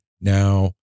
Now